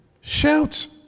shouts